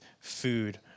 food